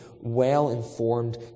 well-informed